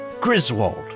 Griswold